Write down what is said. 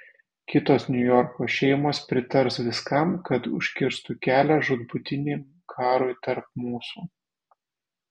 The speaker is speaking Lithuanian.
kitos niujorko šeimos pritars viskam kad užkirstų kelią žūtbūtiniam karui tarp mūsų